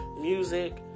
music